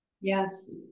Yes